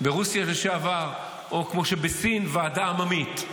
ברוסיה לשעבר, או כמו שבסין, ועדה עממית.